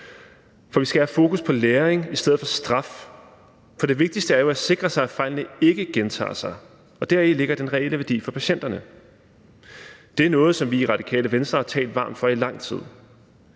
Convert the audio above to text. For vi skal have fokus på læring i stedet for straf. For det vigtigste er jo at sikre sig, at fejlene ikke gentager sig. Deri ligger den reelle værdi for patienterne. Det er noget, som vi i Radikale Venstre har talt varmt for i lang tid.